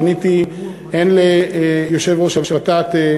פניתי הן ליושב-ראש הוות"ת,